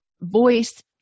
voice